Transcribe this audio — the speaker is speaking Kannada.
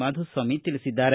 ಮಾಧುಸ್ವಾಮಿ ತಿಳಿಸಿದ್ದಾರೆ